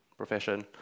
profession